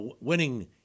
winning